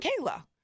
Kayla